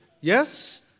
Yes